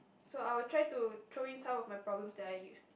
so I will try to throw in some of my problem that I use